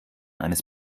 eines